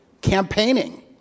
campaigning